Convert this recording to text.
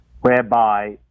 whereby